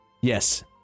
Yes